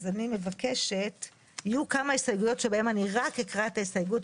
היו"ר לא שמע או לא ראה אז אני אומר את זה